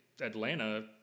Atlanta